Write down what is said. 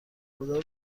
خدا